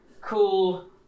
cool